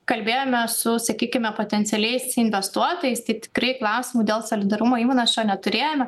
kalbėjome su sakykime potencialiais investuotojais tai tikrai klausimų dėl solidarumo įnašo neturėjome